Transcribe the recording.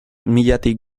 milatik